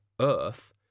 Earth